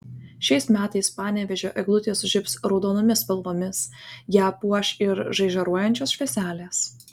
šiais metais panevėžio eglutė sužibs raudonomis spalvomis ją puoš ir žaižaruojančios švieselės